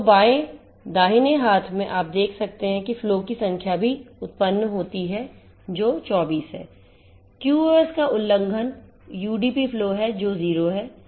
तो बाएं दाहिने हाथ में आप देख सकते हैं कि फ्लो की संख्या भी उत्पन्न होती है जो 24 है QoS का उल्लंघन UDP फ्लो है जो 0 है